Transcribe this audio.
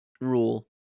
rule